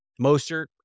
Mostert